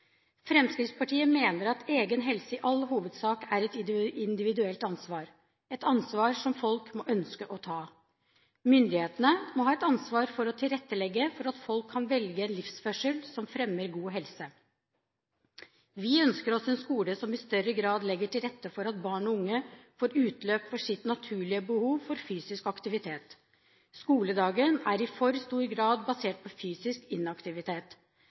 Fremskrittspartiet mener at egen helse i all hovedsak er et individuelt ansvar, et ansvar som folk må ønske å ta. Myndighetene må ha et ansvar for å tilrettelegge for at folk kan velge en livsførsel som fremmer god helse. Vi ønsker oss en skole som i større grad legger til rette for at barn og unge får utløp for sitt naturlige behov for fysisk aktivitet. Skoledagen er i for stor grad basert på fysisk inaktivitet.